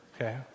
okay